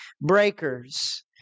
breakers